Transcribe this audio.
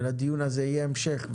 לדיון הזה יהיה המשך.